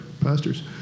pastors